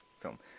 film